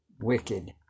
wicked